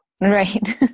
Right